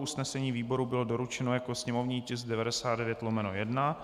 Usnesení výboru bylo doručeno jako sněmovní tisk 99/1.